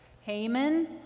Haman